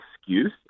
excuse